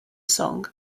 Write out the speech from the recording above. song